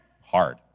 Hard